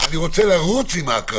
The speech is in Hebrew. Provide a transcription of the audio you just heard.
אני רוצה לרוץ עם ההקראה הזאת.